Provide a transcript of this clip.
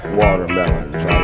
watermelons